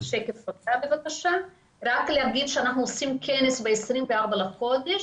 אנחנו עושים כנס ב-24 לחודש.